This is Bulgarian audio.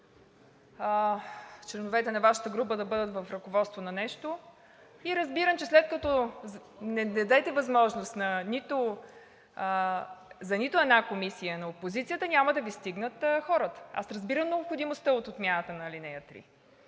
членовете на Вашата група да бъдат в ръководството на нещо и разбирам, че след като не дадете възможност за нито една комисия на опозицията, няма да Ви стигнат хората. Разбирам необходимостта от отмяната на ал. 3.